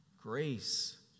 grace